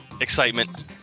excitement